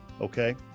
okay